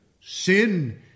sin